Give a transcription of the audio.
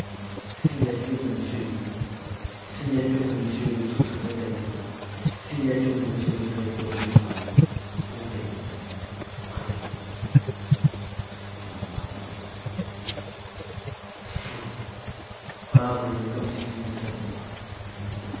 signature de m le ministre signature de m le sous-secrétaire d'état signature de m le directeur général conseil d'état présidence il marmotta fou parbleu comme si je ne le savais pas